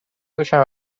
گوشم